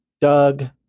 Doug